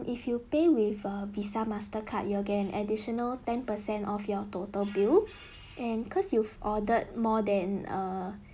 if you pay with a visa mastercard you'll gain additional ten percent of your total bill and cause you've ordered more than err